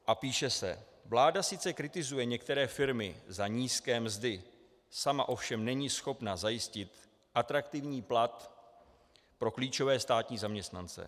A píše se: Vláda sice kritizuje některé firmy za nízké mzdy, sama ovšem není schopna zajistit atraktivní plat pro klíčové státní zaměstnance.